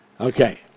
Okay